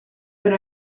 per